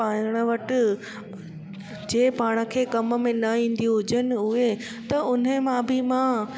पाण वटि जे पाण खे कम में न ईंदियूं हुजनि उहे त हुन मां बि मां